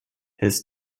his